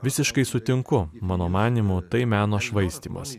visiškai sutinku mano manymu tai meno švaistymas